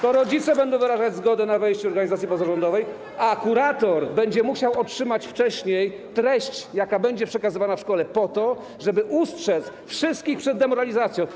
To rodzice będą wyrażać zgodę na wejście organizacji pozarządowej, a kurator będzie musiał otrzymać wcześniej treść, jaka będzie przekazywana w szkole, po to żeby ustrzec wszystkich przed demoralizacją.